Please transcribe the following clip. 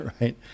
Right